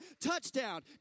Touchdown